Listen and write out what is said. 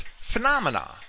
phenomena